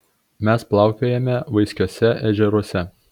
mes plaukiojame vaiskiuose ežeruose